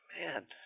man